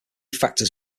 factors